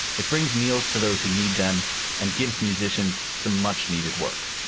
it brings meals to those who need them and gives musicians some much needed work.